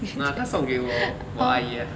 no lah 她送给我我阿姨 ah